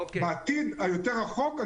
בעתיד היותר רחוק,